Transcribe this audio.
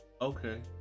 okay